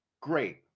great